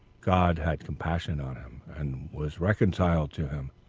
god had compassion on him, and was reconciled to him,